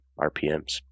RPMs